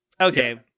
okay